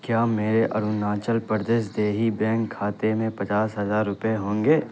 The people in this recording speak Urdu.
کیا میرے اروناچل پردیش دیہی بینک خاتے میں پچاس ہزار روپئے ہوں گے